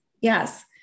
Yes